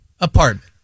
apartment